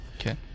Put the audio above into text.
Okay